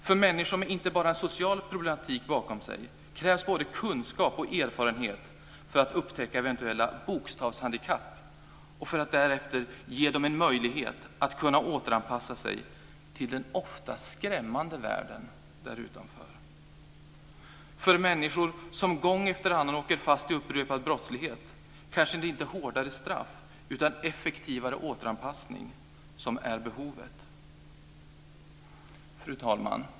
För människor med inte bara social problematik bakom sig krävs både kunskap och erfarenhet för att upptäcka eventuella bokstavshandikapp och för att därefter ge dem en möjlighet att kunna återanpassa sig till den ofta skrämmande världen utanför. För människor som gång efter annan åker fast i upprepad brottslighet kanske det inte är hårdare straff, utan effektivare återanpassning som är behovet. Fru talman!